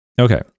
okay